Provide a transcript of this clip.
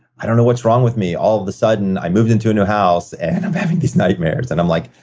i don't know what's wrong with me. all of a sudden, i moved into a new house and i'm having these nightmares. and i'm like,